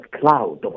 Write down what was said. cloud